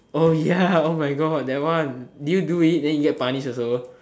oh ya oh my god that one did you do it then you get punished also